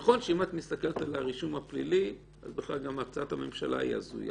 נכון שאם את מסתכלת על הרישום הפלילי אז גם הצעת הממשלה היא הזויה.